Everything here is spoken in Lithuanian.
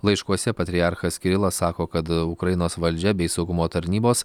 laiškuose patriarchas kirilas sako kad ukrainos valdžia bei saugumo tarnybos